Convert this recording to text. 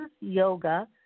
yoga